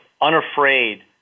unafraid